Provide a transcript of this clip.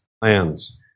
plans